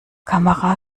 kamera